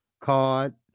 card